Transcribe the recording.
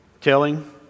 Telling